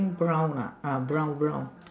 brown lah ah brown brown